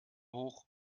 hoch